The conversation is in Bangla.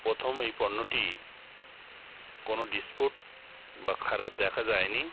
প্রথম এই পণ্যটি কোনো ডিসপুট বা খারাপ দেখা যায়নি